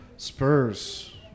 Spurs